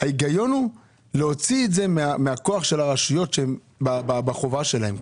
ההיגיון הוא להוציא את זה מהכוח של רשויות שהם בחובה שלהם,